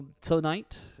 Tonight